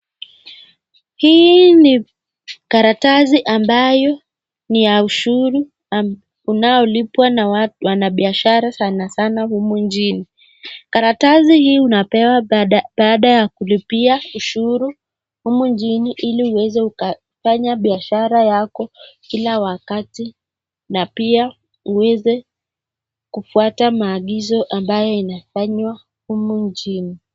Hii ni karatasi ambayo ni ya ushuru unaolipwa na wanabiashara sana sana humu nchini. Karatasi hii unapewa baada ya kulipia ushuru humu njini ili uweze ukafanya biashara yako kila wakati na pia uweze kufuata maagizo ambayo inafanywa humu nchini.